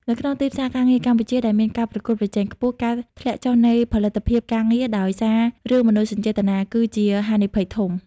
នៅក្នុងទីផ្សារការងារកម្ពុជាដែលមានការប្រកួតប្រជែងខ្ពស់ ការធ្លាក់ចុះនៃផលិតភាពការងារដោយសាររឿងមនោសញ្ចេតនា គឺជាហានិភ័យធំ។